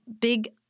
big